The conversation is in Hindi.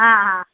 हाँ हाँ